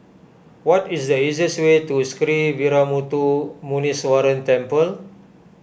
what is the easiest way to Sree Veeramuthu Muneeswaran Temple